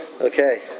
Okay